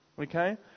okay